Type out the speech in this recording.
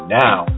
now